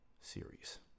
series